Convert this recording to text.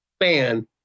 fan